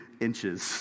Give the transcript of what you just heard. Inches